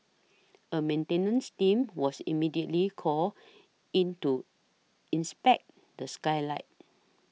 a maintenance team was immediately called in to inspect the skylight